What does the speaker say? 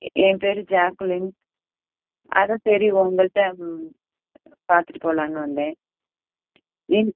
என் பேர் ஜாக்குலின் அதான் சரி உங்கள்கிட்ட பார்த்துட்டு போகலான்னு வந்தேன் என்